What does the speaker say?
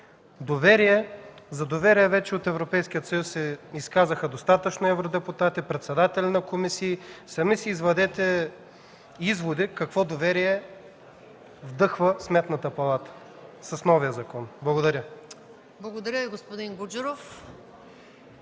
За доверие вече от Европейския съюз се изказаха достатъчно евродепутати, председатели на комисии. Сами си направете изводи какво доверие вдъхва Сметната палата с новия закон. Благодаря Ви.